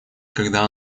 когда